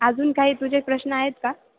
अजून काही तुझे प्रश्न आहेत का